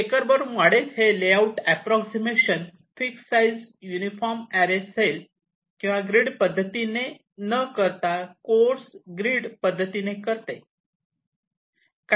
checker board model layout approximations fix size uniform array cell किंवा grid पद्धतीने न करता कोर्स ग्रीड पद्धतीने करते